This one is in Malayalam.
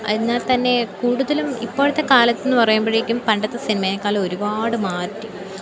എന്നാൽ തന്നെ കൂടുതലും ഇപ്പോഴത്തെ കാലത്ത് എന്ന് പറയുമ്പോഴേക്കും പണ്ടത്തെ സിനിമേക്കാൾ ഒരുപാട് മാറ്റി